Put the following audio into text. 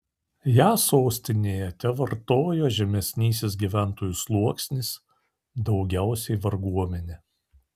ją sostinėje tevartojo žemesnysis gyventojų sluoksnis daugiausiai varguomenė